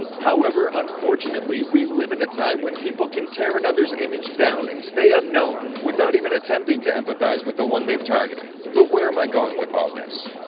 however, unfortunately, we live in a time when people, can tear and other's image down and stay unknown without even attempting to empathize with the one they have targeted! but, where am i going with all this?